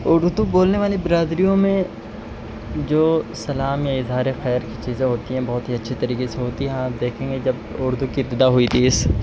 اردو بولنے والے برادریوں میں جو سلام اظہارِ خیر کی چیزیں ہوتی ہیں بہت ہی اچھی طریقے سے ہوتی ہیں آپ دیکھیں گے جب اردو کی ابتدا ہوئی تھی اس